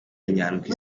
nyandwi